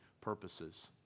purposes